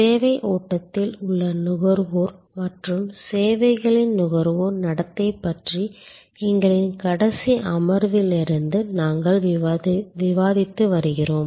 சேவை ஓட்டத்தில் உள்ள நுகர்வோர் மற்றும் சேவைகளின் நுகர்வோர் நடத்தை பற்றி எங்களின் கடைசி அமர்விலிருந்து நாங்கள் விவாதித்து வருகிறோம்